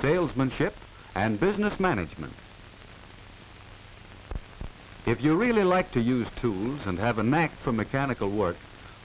salesmanship and business management if you really like to use tools and have a knack for mechanical work